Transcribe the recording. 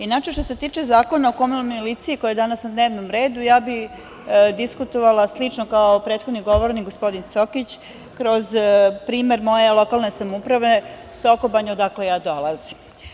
Inače, što se tiče Zakona o komunalnoj miliciji koji je danas na dnevnom redu, ja bih diskutovala slično kao prethodni govornik gospodin Cokić, kroz primer moje lokalne samouprave Sokobanje, odakle ja dolazim.